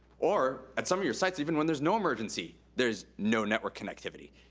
or, at some of your sites, even when there's no emergency, there's no network connectivity.